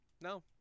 No